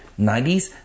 90s